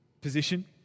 position